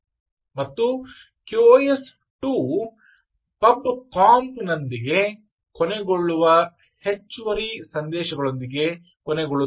ಮತ್ತು QoS 2 pub ಕಂಪ್ನೊಂದಿಗೆ ಕೊನೆಗೊಳ್ಳುವ ಹೆಚ್ಚುವರಿ ಸಂದೇಶಗಳೊಂದಿಗೆ ಕೊನೆಗೊಳ್ಳುತ್ತದೆ